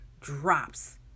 drops